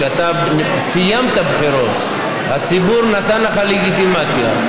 כשאתה סיימת בחירות והציבור נתן לך לגיטימציה,